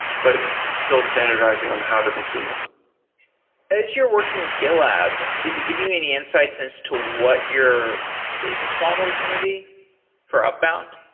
but still standardizing on how to consume them as you're working with gitlab, gitlab, is it giving you any insights as to what your business model is going to be for upbound?